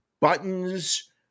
buttons